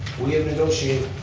we have negotiated